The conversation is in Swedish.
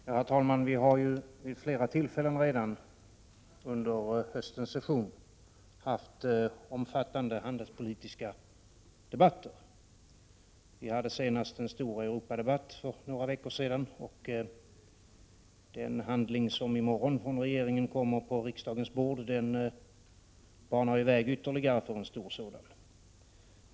Prot. 1987/88:45 Herr talman! Vi har redan vid flera tillfällen under höstens session haft 15 december 1987 omfattande handelspolitiska debatter. Senast hade vi för några veckor sedan en stor Europadebatt. Den handling som regeringen i morgon kommer att lägga på riksdagens bord banar ytterligare väg för en stor sådan debatt.